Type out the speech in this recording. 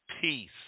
peace